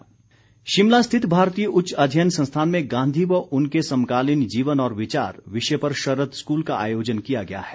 शरद school Shimla स्थित भारतीय उच्च अध्ययन संस्थान में गांधी व उनके समकालीन जीवन और विचार विषय पर शरद स्कूल का आयोजन किया गया है